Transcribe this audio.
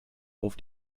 auf